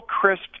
crisp